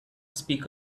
speak